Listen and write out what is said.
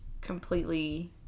completely